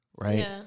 right